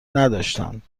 نداشتند